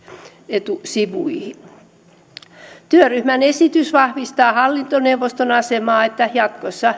uutisetusivuihin työryhmän esitys vahvistaa hallintoneuvoston asemaa siten että jatkossa